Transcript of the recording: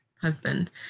husband